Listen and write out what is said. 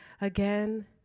again